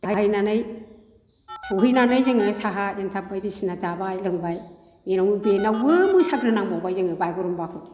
सहैनानै जोङो साहा एनथाब बायदिसिना जाबाय लोंबाय बे बेनावबो मोसाग्रोनांबावबाय जोङो बागुरुमबाखौ